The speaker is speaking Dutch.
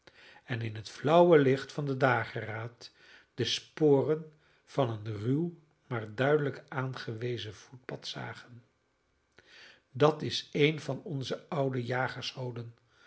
en in het flauwe licht van den dageraad de sporen van een ruw maar duidelijk aangewezen voetpad zagen dat is een van onze oude